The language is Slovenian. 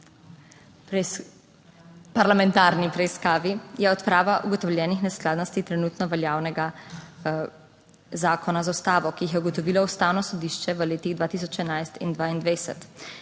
parlamentarni preiskavi je odprava ugotovljenih neskladnosti trenutno veljavnega zakona z ustavo, ki jih je ugotovilo Ustavno sodišče v letih 2011 in 2022.